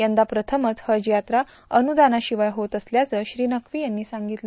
यंदा प्रथमच हज यात्रा अनुदानाशिवाय होत असल्याचं श्री नक्वी यांनी सांगितलं